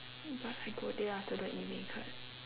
but I go there I also don't eat beancurd